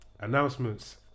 Announcements